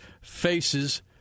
faces